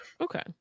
okay